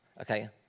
okay